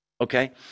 okay